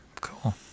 cool